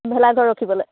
ভেলাঘৰ ৰখিবলৈ